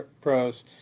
Pros